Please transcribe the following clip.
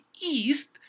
East